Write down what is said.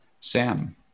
Sam